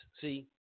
see